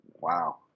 Wow